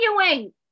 continuing